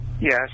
Yes